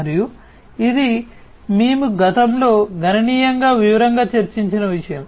మరియు ఇది మేము గతంలో గణనీయంగా వివరంగా చర్చించిన విషయం